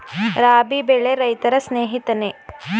ರಾಬಿ ಬೆಳೆ ರೈತರ ಸ್ನೇಹಿತನೇ?